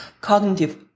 cognitive